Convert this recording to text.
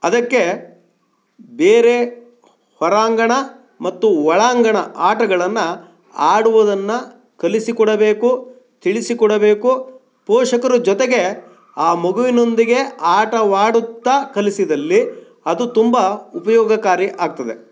ಅದಕ್ಕೆ ಬೇರೆ ಹೊರಾಂಗಣ ಮತ್ತು ಒಳಾಂಗಣ ಆಟಗಳನ್ನು ಆಡುವುದನ್ನು ಕಲಿಸಿಕೊಡಬೇಕು ತಿಳಿಸಿಕೊಡಬೇಕು ಪೋಷಕರು ಜೊತೆಗೆ ಆ ಮಗುವಿನೊಂದಿಗೆ ಆಟವಾಡುತ್ತಾ ಕಲಿಸಿದಲ್ಲಿ ಅದು ತುಂಬ ಉಪಯೋಗಕಾರಿ ಆಗ್ತದೆ